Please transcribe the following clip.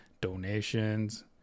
donations